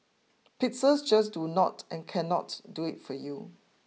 Pixels just do not and cannot do it for you